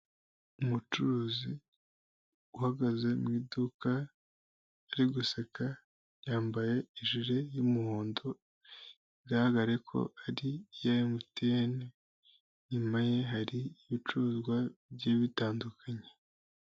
Umucuruzi uhagaze mu iduka ari guseka yambaye ijire y'umuhondo bigaragare ko ari iya mtn, inyuma ye hari ibicuruzwa bigiye bitandukanye.